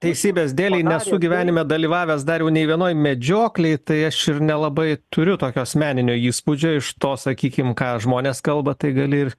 teisybės dėlei nesu gyvenime dalyvavęs dariau nei vienoj medžioklėj tai aš ir nelabai turiu tokio asmeninio įspūdžio iš to sakykim ką žmonės kalba tai gali ir